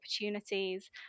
opportunities